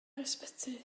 ysbyty